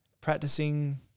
Practicing